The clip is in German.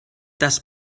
das